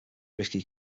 risky